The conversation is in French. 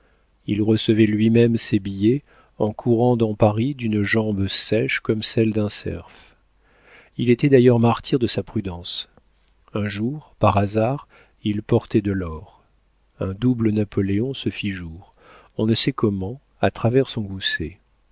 il recevait lui-même ses billets en courant dans paris d'une jambe sèche comme celle d'un cerf il était d'ailleurs martyr de sa prudence un jour par hasard il portait de l'or un double napoléon se fit jour on ne sait comment à travers son gousset